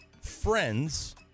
Friends